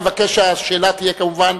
אני מבקש שהשאלה תהיה, כמובן,